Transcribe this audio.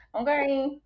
okay